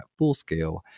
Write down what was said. FullScale